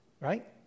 right